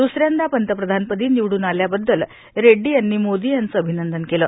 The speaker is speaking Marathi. दुसऱ्यांदा पंतप्रधानपदी निवडून आल्याबद्दल रेइडी यांनी मोदी यांचं अभिनंदन केलं